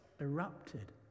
erupted